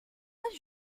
pas